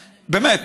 באמת,